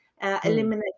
Eliminate